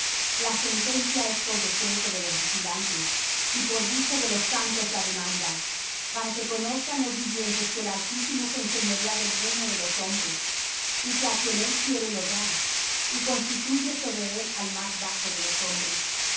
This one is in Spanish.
la sentencia es por decreto de los vigilantes y por dicho de los santos la demanda para que conozcan los vivientes que el altísimo se enseñorea del reino de los hombres y que á quien él quiere lo da y constituye sobre él al más bajo de los hombres